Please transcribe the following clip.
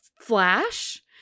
flash